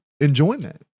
enjoyment